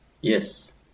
yes